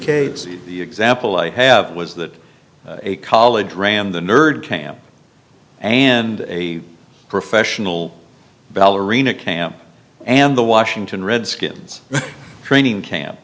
see the example i have was that a college ram the nerd camp and a professional ballerina camp and the washington redskins training camp